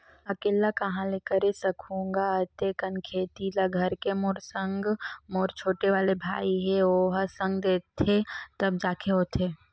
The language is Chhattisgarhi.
अकेल्ला काँहा ले करे सकहूं गा अते कन खेती ल घर के मोर संग मोर छोटे वाले भाई हे ओहा संग देथे तब जाके होथे